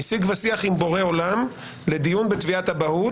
משיג ושיח עם בורא עולם לדיון בתביעת אבהות,